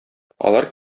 алар